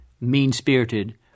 mean-spirited